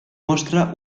mostra